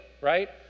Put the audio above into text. right